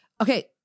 okay